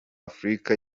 afurika